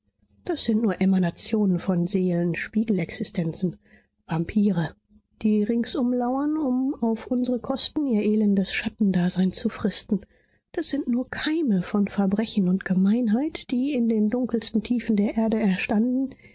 das sind nur emanationen von seelen spiegelexistenzen vampire die ringsum lauern um auf unsere kosten ihr elendes schattendasein zu fristen das sind nur keime von verbrechen und gemeinheit die in den dunkelsten tiefen der erde erstanden